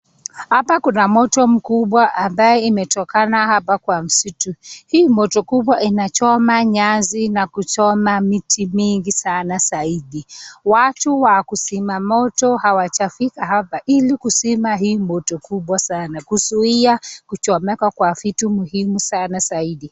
Hapa kuna moto mkubwa ambaye imetokana hapa kwa msitu. Hii moto kubwa inachoma nyasi na kuchoma miti mingi sana zaidi. Watu wa kuzima moto hawajafika hapa ili kusima hii moto kubwa sana kuzuia kuchomeka kwa vitu muhimu sana zaidi.